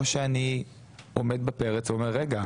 או שאני עומד בפרץ ואומר רגע,